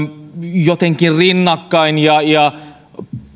jotenkin rinnakkain ja ja